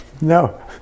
No